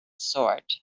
sword